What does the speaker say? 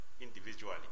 individually